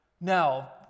Now